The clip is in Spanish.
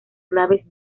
claves